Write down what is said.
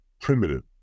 primitive